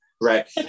Right